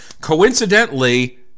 coincidentally